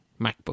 MacBook